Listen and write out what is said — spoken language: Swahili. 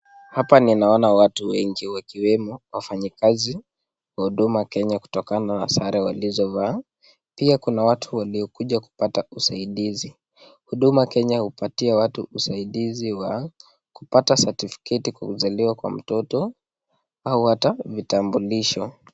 Hapa naona watu wengi wakiwmowafanyikazi huduma Kenya kutokana sare walizovaa pia Kuna watu wamekuja kupata usahidizi huduma Kenya upatia watu usaidizi wa kupata satifiketi ya kusaliwa Kwa mtoto au hata vitambulisho.